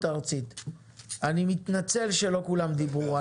אני מתנצל שלא כולם דיברו,